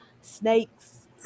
snakes